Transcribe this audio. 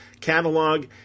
catalog